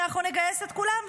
אנחנו נגייס את כולם,